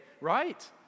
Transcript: right